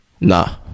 Nah